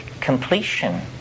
completion